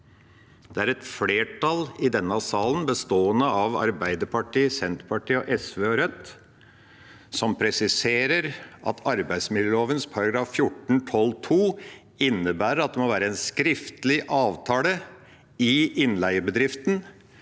Det er et flertall i denne salen, bestående av Arbeiderpartiet, Senterpartiet, SV og Rødt, som presiserer at arbeidsmiljøloven § 14-12 andre ledd innebærer at det må være en skriftlig avtale i innleiebedriften